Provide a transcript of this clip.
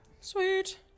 Sweet